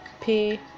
pay